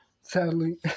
sadly